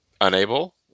unable